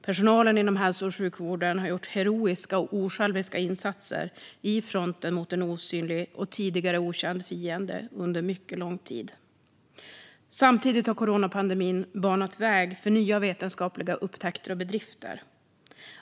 Personalen inom hälso och sjukvården har gjort heroiska och osjälviska insatser i fronten mot en osynlig och tidigare okänd fiende under mycket lång tid. Samtidigt har coronapandemin banat väg för nya vetenskapliga upptäckter och bedrifter.